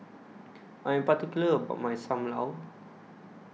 I Am particular about My SAM Lau